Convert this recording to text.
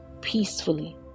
peacefully